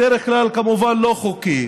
בדרך כלל כמובן לא חוקי,